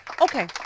Okay